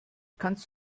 kannst